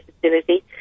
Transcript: facility